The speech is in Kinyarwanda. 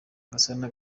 gasana